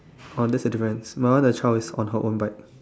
oh that's the difference my one the child is on her own bike